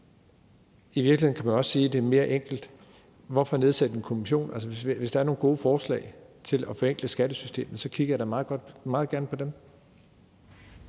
I virkeligheden kan man også sige, at det er mere enkelt, så hvorfor nedsætte en kommission? Hvis der er nogle gode forslag til at forenkle skattesystemet, kigger jeg da meget gerne på dem.